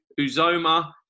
Uzoma